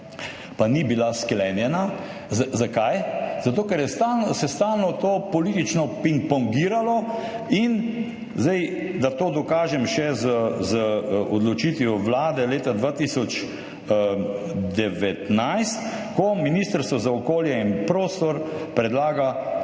pa ni bila sklenjena. Zakaj? Zato ker se je to stalno politično pingpongiralo. In to dokažem še z odločitvijo Vlade leta 2019, ko Ministrstvo za okolje in prostor predlaga